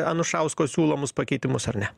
anušausko siūlomus pakeitimus ar ne